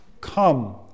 come